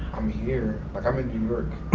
i'm here, like i'm in new york,